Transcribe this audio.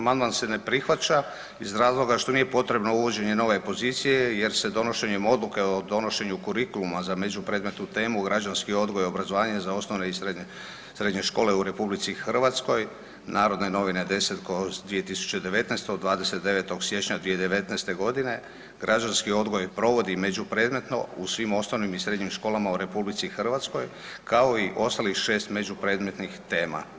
Amandman se ne prihvaća iz razloga što nije potrebno uvođenje nove pozicije jer se donošenjem odluke o donošenju kurikuluma za međupredmetnu temu građanski odgoj i obrazovanje za osnovne i srednje, srednje škole u RH, Narodne novine 10/2019 od 29. siječnja 2019. godine, građanski odgoj provodi međupredmetno u svim osnovnim i srednjim školama u RH kao i ostalih 6 međupredmetnih tema.